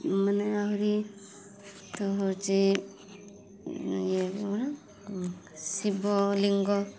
ମାନେ ଆହୁରି ତ ହଉଛି ଇଏ କ'ଣ ଶିବ ଲିଙ୍ଗ